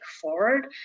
forward